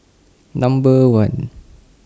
Number one